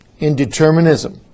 indeterminism